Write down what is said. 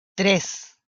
tres